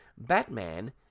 Batman